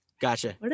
Gotcha